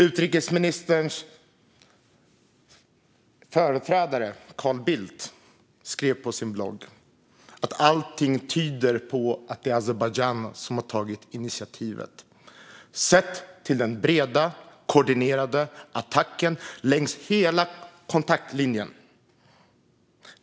Utrikesministerns företrädare Carl Bildt skrev på sin blogg att allting tyder på att det är Azerbajdzjan som har tagit initiativet om man ser till den breda koordinerade attacken längs hela kontaktlinjen.